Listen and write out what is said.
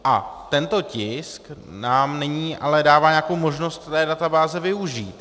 A tento tisk nám nyní ale dává nějakou možnost té databáze využít.